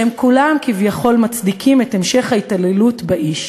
שהם כולם כביכול מצדיקים את המשך ההתעללות באיש: